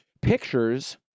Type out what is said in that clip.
Pictures